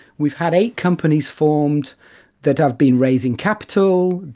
we've had eight companies formed that have been raising capital,